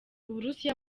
uburusiya